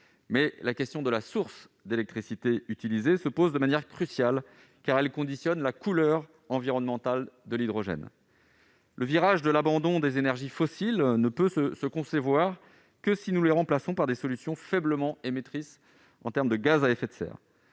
mais la question de la source d'électricité utilisée se pose de manière cruciale, car elle conditionne la couleur environnementale de l'hydrogène. L'abandon des énergies fossiles ne peut se concevoir que si nous les remplaçons par des solutions faiblement émettrices de gaz à effet de serre.